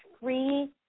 free